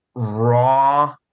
raw